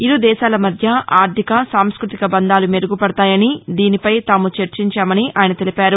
ఇరు దేశాల మధ్య ఆర్లిక సాంస్కృతిక బంధాలు మెరుగుపడతాయని దీనిపై తాము చర్చించామని ఆయన తెలిపారు